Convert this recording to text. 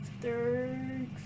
third